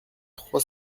trois